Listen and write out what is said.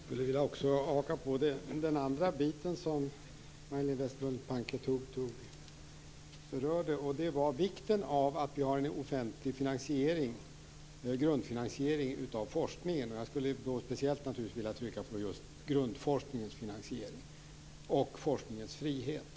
Fru talman! Jag vill haka på den andra frågan som Majléne Westerlund Panke berörde, nämligen vikten av att vi har en offentlig grundfinansiering av forskningen - jag vill då speciellt trycka på grundforskningens finansiering - och forskningens frihet.